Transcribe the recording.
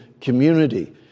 community